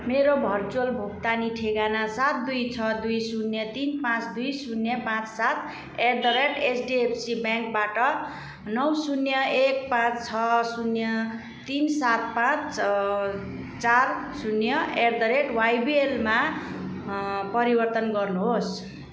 मेरो भर्चुअल भुक्तानी ठेगाना सात दुई छ दुई शून्य तिन पाँच दुई शून्य पाँच सात एट द रेट एचडिएफसी ब्याङ्कबाट नौ शून्य एक पाँच छ शून्य तिन सात पाँच चार शून्य एट द रेट वाइबिएलमा परिवर्तन गर्नुहोस्